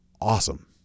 awesome